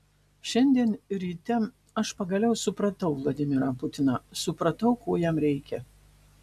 šiandien ryte aš pagaliau supratau vladimirą putiną supratau ko jam reikia